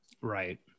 Right